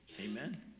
Amen